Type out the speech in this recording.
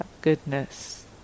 goodness